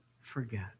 forget